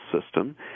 system